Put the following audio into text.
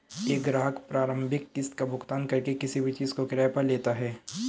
एक ग्राहक प्रारंभिक किस्त का भुगतान करके किसी भी चीज़ को किराये पर लेता है